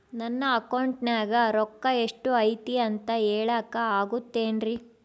ನನ್ನ ಅಕೌಂಟಿನ್ಯಾಗ ರೊಕ್ಕ ಎಷ್ಟು ಐತಿ ಅಂತ ಹೇಳಕ ಆಗುತ್ತೆನ್ರಿ?